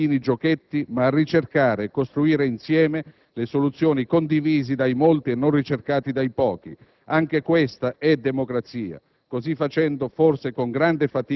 ci servano non a nascondere meschini giochetti, ma a ricercare e costruire insieme le soluzioni condivise dai molti e non ricercate dai pochi. Anche questa è democrazia.